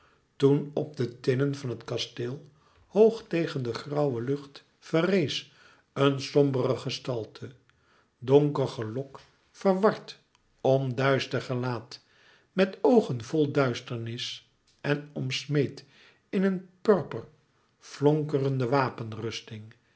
toen op de tinnen van het kasteel hoog tegen de grauwe lucht verrees een sombere gestalte donker gelok verward om duister gelaat met oogen vl duisternis en omsmeed in een purper flonkerende